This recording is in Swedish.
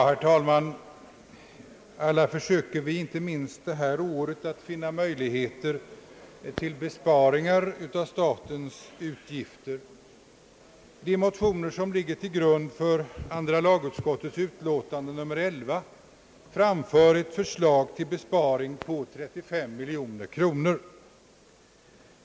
Herr talman! Vi försöker alla inte minst detta år finna möjligheter till besparingar i statens utgifter. I de motioner, som föranlett andra lagutskottets utlåtande nr 11, framförs ett förslag till besparing på 35 miljoner kronor.